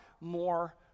more